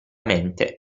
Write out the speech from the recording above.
mente